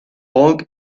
folk